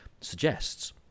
suggests